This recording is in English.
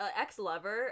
ex-lover